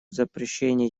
запрещении